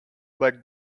but